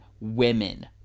women